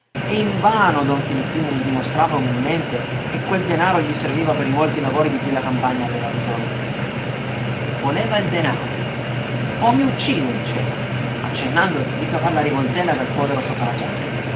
e invano don filippino gli dimostrava umilmente che quel denaro gli serviva per i molti lavori di cui la campagna aveva bisogno voleva il denaro o mi uccido gli diceva accennando di cavar la rivoltella dal fodero sotto la giacca